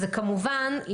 כמובן,